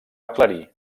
aclarir